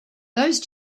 those